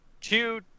two